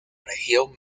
región